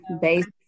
based